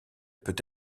peut